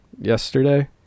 yesterday